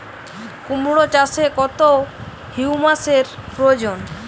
কুড়মো চাষে কত হিউমাসের প্রয়োজন?